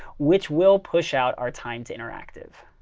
which will push out our time to interactive.